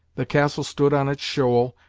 the castle stood on its shoal,